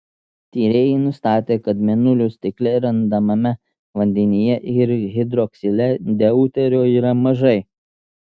tyrėjai nustatė kad mėnulio stikle randamame vandenyje ir hidroksile deuterio yra mažai